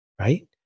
right